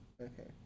Okay